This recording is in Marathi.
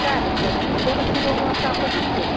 चालेल चालेल मग उद्या नक्की दोन वाजता आपण निघतो आहे